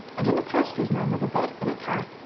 and an upholsterer's man with a bed in a car,